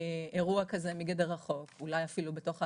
אירוע כזה מגדר החוק, אולי אפילו בתוך ההגדרה,